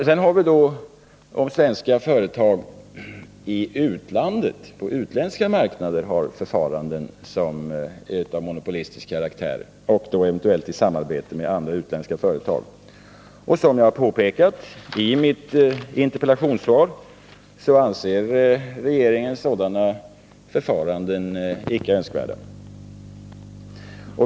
Sedan har vi den situation där svenska företag på utländska marknader tar till förfaranden som är av monopolistisk karaktär, eventuellt i samarbete med utländska företag. Som jag påpekat i mitt interpellationssvar anser regeringen sådana förfaranden icke önskvärda.